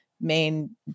main